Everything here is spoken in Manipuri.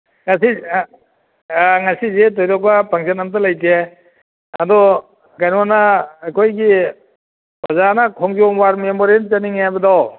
ꯉꯁꯤ ꯉꯁꯤꯗꯤ ꯊꯣꯏꯗꯣꯛꯄ ꯐꯪꯁꯟ ꯑꯝꯇ ꯂꯩꯇꯦ ꯑꯗꯣ ꯀꯩꯅꯣꯅ ꯑꯩꯈꯣꯏꯒꯤ ꯑꯣꯖꯥꯅ ꯈꯣꯡꯖꯣꯝ ꯋꯥꯔ ꯃꯦꯃꯣꯔꯤꯌꯦꯟ ꯆꯠꯅꯤꯡꯉꯦ ꯍꯥꯏꯕꯗꯣ